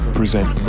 present